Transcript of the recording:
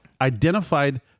identified